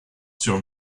sur